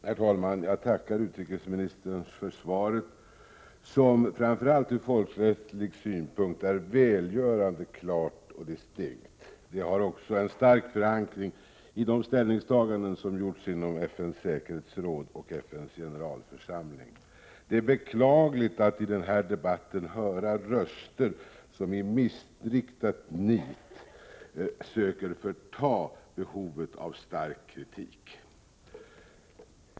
Herr talman! Jag tackar utrikesministern för svaret, som framför allt ur folkrättslig synpunkt är välgörande klart och distinkt. Det har också en stark förankring i de ställningstaganden som gjorts inom FN:s säkerhetsråd och FN:s generalförsamling. Det är beklagligt att i den här debatten höra röster som i missriktat nit söker förta behovet av stark kritik.